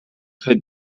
could